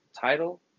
title